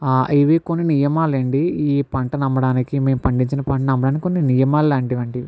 ఇవి కొన్ని నియమాలండి ఈ పంటను అమ్మడానికి మీ పండించిన పంటను అమ్మడానికి కొన్ని నియమాలాంటివండీ